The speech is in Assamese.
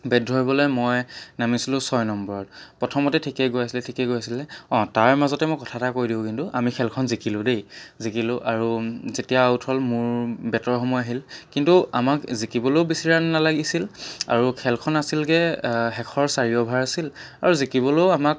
বেট ধৰিবলৈ মই নামিছিলোঁ ছয় নম্বৰত প্ৰথমতে ঠিকে গৈ আছিলে ঠিকে গৈ আছিলে অ' তাৰমাজতে মই কথা এটা কৈ দিওঁ কিন্তু আমি খেলখন জিকিলোঁ দেই জিকিলোঁ আৰু যেতিয়া আউট হ'ল মোৰ বেটৰ সময় আহিল কিন্তু আমাক জিকিবলৈও বেছি ৰান নালাগিছিল আৰু খেলখন আছিলগৈ শেষৰ চাৰি অভাৰ আছিল আৰু জিকিবলৈও আমাক